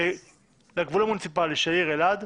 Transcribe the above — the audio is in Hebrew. לגבול המוניציפאלי של העיר אלעד,